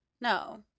No